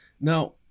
now